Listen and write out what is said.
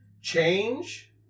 change